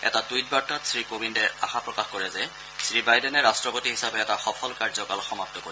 এটা টুইট বাৰ্তাত শ্ৰীকোবিন্দে আশা প্ৰকাশ কৰে যে শ্ৰীবাইডেনে ৰাষ্টপতি হিচাপে এটা সফল কাৰ্যকাল সমাপ্ত কৰিব